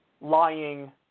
lying